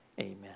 amen